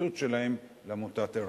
בהתייחסות שלהם לעמותת ער"ן.